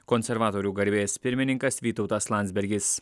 konservatorių garbės pirmininkas vytautas landsbergis